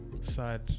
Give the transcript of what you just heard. sad